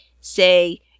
say